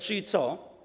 Czyli co?